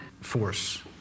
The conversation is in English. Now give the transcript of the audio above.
force